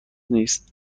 نیست